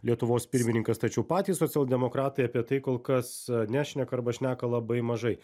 lietuvos pirmininkas tačiau patys socialdemokratai apie tai kol kas nešneka arba šneka labai mažai